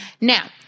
now